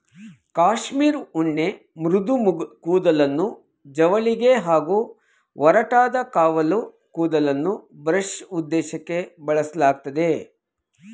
cashmere ಉಣ್ಣೆ ಮೃದು ಕೂದಲನ್ನು ಜವಳಿಗೆ ಹಾಗೂ ಒರಟಾದ ಕಾವಲು ಕೂದಲನ್ನು ಬ್ರಷ್ ಉದ್ದೇಶಕ್ಕೇ ಬಳಸಲಾಗ್ತದೆ